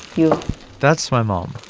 you that's my mom.